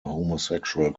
homosexual